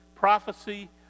Prophecy